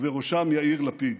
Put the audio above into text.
ובראשם יאיר לפיד.